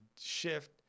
shift